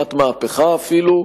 כמעט מהפכה אפילו,